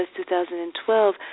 2012